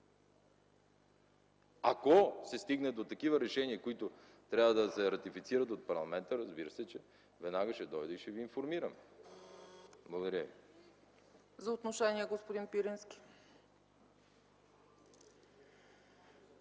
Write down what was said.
Ако се стигне до такива решения, които трябва да се ратифицират от парламента, разбира се, че веднага ще дойда и ще ви информирам. Благодаря ви. ПРЕДСЕДАТЕЛ ЦЕЦКА ЦАЧЕВА: За отношение – господин Пирински.